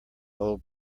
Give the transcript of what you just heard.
old